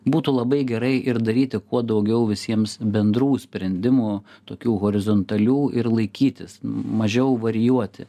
būtų labai gerai ir daryti kuo daugiau visiems bendrų sprendimų tokių horizontalių ir laikytis mažiau varijuoti